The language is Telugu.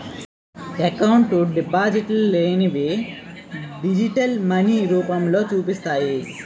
ఎకౌంటు డిపాజిట్లనేవి డిజిటల్ మనీ రూపంలో చూపిస్తాయి